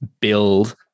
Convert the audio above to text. build